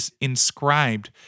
inscribed